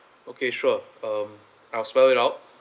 okay sure um I'll spell it out